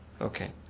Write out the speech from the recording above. Okay